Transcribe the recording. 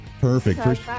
Perfect